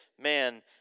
man